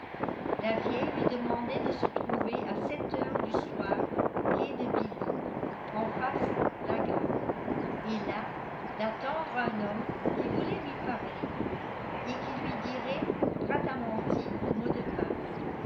la vieille lui demandait de se trouver à sept heures du soir quai de billy en face la gare et là d'attendre un homme qui voulait lui parler et qui lui dirait bradamanti pour mot de passe